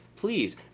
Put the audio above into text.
Please